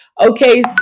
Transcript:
Okay